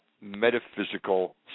metaphysical